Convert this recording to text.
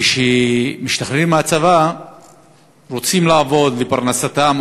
שכשהם משתחררים מהצבא ורוצים לעבוד לפרנסתם,